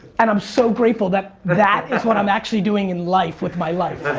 and i'm so grateful that that is what i'm actually doing in life, with my life.